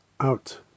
Out